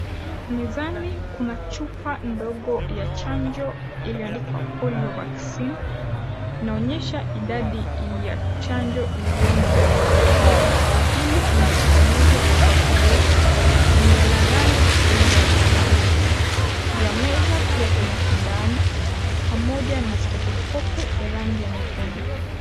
Mezani kuna chupa ndogo ya chanjo iliandikwa Polio vaccine . Inaonyesha idadi ya chanjo iliyomo ndani. Chupa hili limetengenezwa kwa kioo na ni la rangi ya kahawia. Juu ya meza pia kuna sindano pamoja na stetoscopu ya rangi ya nyekundu.